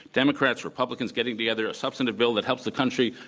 democrats, republicans getting together, a substantive bill that helps the country,